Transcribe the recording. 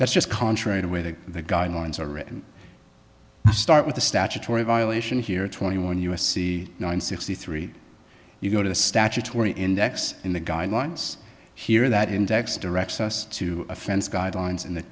that's just contrary to whether the guidelines are written to start with the statutory violation here twenty one u s c nine sixty three you go to the statutory index in the guidelines here that index directs us to offense guidelines in the